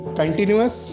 continuous